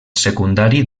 secundari